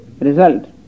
result